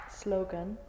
slogan